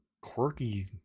quirky